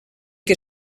que